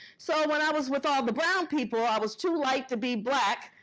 so when i was with all the brown people, i was too light to be black,